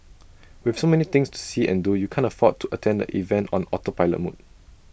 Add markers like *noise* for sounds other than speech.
*noise* with so many things to see and do you can't afford to attend the event on autopilot mode